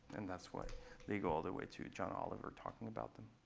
and that's why they go all the way to john oliver talking about them.